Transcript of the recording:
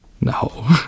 No